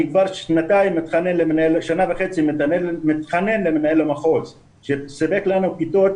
אני כבר שנה וחצי מתחנן למנהל המחוז שיספק לנו כיתות